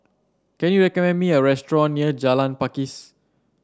can you recommend me a restaurant near Jalan Pakis